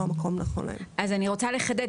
אני רוצה לחדד.